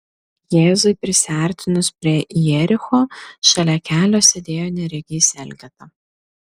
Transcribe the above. jėzui prisiartinus prie jericho šalia kelio sėdėjo neregys elgeta